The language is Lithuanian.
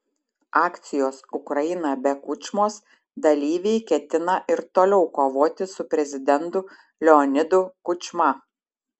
akcijos ukraina be kučmos dalyviai ketina ir toliau kovoti su prezidentu leonidu kučma